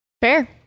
Fair